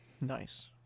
Nice